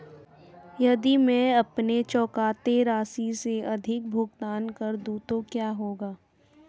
यदि मैं अपनी चुकौती राशि से अधिक भुगतान कर दूं तो क्या होगा?